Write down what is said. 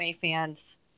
fans